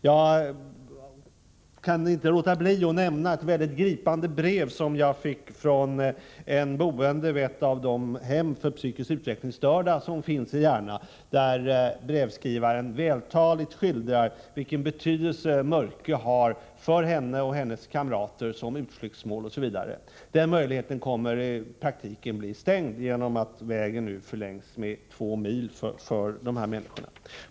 Jag kan inte låta bli att nämna ett gripande brev som jag fått från en boende vid ett av de hem för psykiskt utvecklingsstörda som finns i Järna. Brevskrivaren skildrar vältaligt vilken betydelse Mörkö har för henne och hennes kamrater som utflyktsmål osv. Denna möjlighet kommer i praktiken att bli stängd om vägen förlängs med 2 mil.